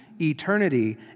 eternity